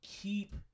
keep